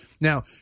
now